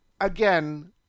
Again